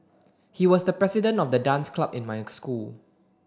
he was the president of the dance club in my school